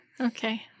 Okay